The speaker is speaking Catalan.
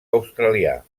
australià